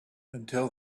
until